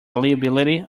liability